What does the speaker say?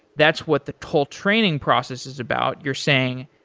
that's what the total training process is about you're saying,